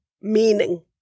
meaning